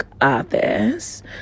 others